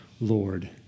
Lord